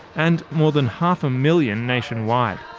and more than half a million nationwide.